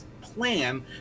plan